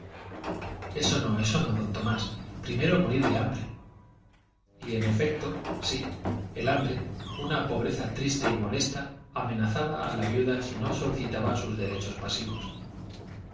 eso no eso no don tomás primero morir de hambre y en efecto sí el hambre una pobreza triste y molesta amenazaba a la viuda si no solicitaba sus derechos pasivos